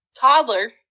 toddler